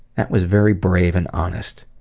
that was very brave and honest.